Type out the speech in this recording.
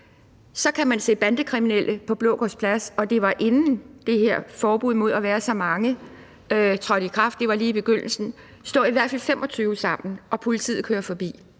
kan man se bandekriminelle på Blågårds Plads – og det var, inden det her forbud mod at være så mange trådte i kraft, det var lige i begyndelsen – stå i hvert fald 25 sammen; og politiet kører forbi.